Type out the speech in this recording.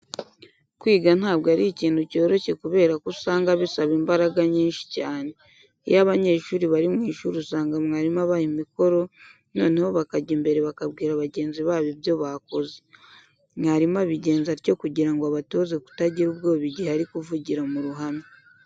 Kwiga ntabwo ari ikintu cyoroshye kubera ko usanga bisaba imbaraga nyinshi cyane. Iyo abanyeshuri bari mu ishuri usanga mwarimu abaha imikoro noneho bakajya imbere bakabwira bagenzi babo ibyo bakoze. Mwarimu abigenza atyo kugira ngo abatoze kutagira ubwoba igihe uri kuvugira mu ruhame.